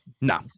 No